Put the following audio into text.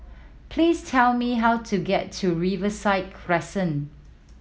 please tell me how to get to Riverside Crescent